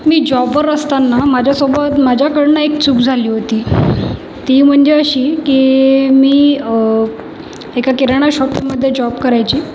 मी जॉबवर असताना माझ्यासोबत माझ्याकडनं एक चूक झाली होती ती म्हणजे अशी की मी एका किराणा शॉपमध्ये जॉब करायची